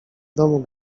domu